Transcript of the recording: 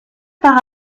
par